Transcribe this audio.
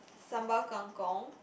sambal kang-kong